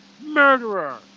Murderer